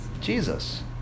Jesus